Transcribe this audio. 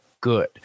good